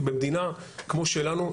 כי במדינה כמו שלנו,